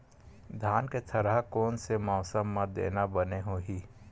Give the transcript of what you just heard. धान के थरहा कोन से मौसम म देना बने होही?